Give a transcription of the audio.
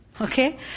Okay